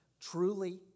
truly